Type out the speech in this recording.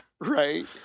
right